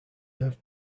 have